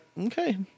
okay